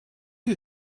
you